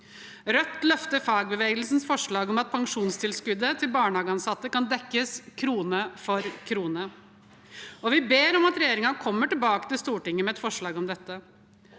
Rødt løfter fagbevegelsens forslag om at pensjonstilskuddet til barnehageansatte kan dekkes krone for krone, og vi ber om at regjeringen kommer tilbake til Stortinget med et forslag om det.